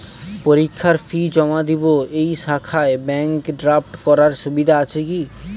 পরীক্ষার ফি জমা দিব এই শাখায় ব্যাংক ড্রাফট করার সুবিধা আছে কি?